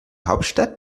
hauptstadt